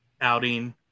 outing